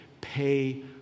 Pay